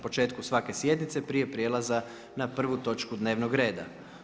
početku svake sjednice, prije prijelaza na prvu točku dnevnog reda.